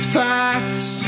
facts